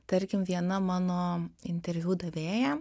tarkim viena mano interviu davėja